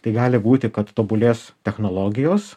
tai gali būti kad tobulės technologijos